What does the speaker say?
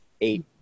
eight